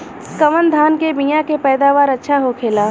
कवन धान के बीया के पैदावार अच्छा होखेला?